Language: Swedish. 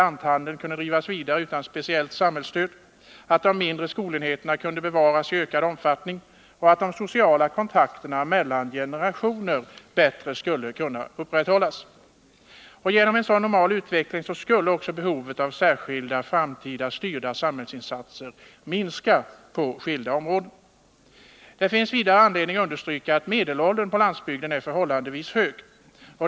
lanthandeln kunde drivas vidare utan speciellt samhällsstöd, att de mindre skolenheterna kunde bevaras i ökad omfattning och att de sociala kontakterna mellan generationerna bättre skulle kunna upprätthållas. Genom en sådan normal utveckling skulle också behovet av särskilda styrda samhällsinsatser minska på skilda områden. Det finns vidare anledning understryka att medelåldern på landsbygden är förhållandevis hög.